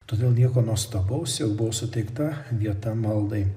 todėl nieko nuostabaus jau buvo suteikta vieta maldai